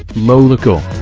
lolachuil.